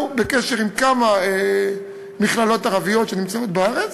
אנחנו בקשר עם כמה מכללות ערביות בארץ,